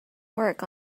work